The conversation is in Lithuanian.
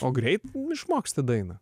o greit išmoksti dainą